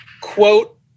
quote